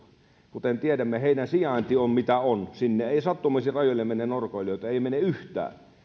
kuten tiedämme heidän sijaintinsa on mitä on sinne ei sattumoisin rajoille mene norkoilijoita ei mene yhtään